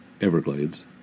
Everglades